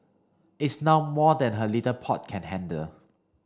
it's now more than her little pot can handle